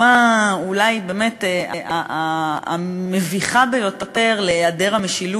בקואליציה הזאת אי-אפשר לדעת מה יקרה,